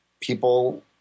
people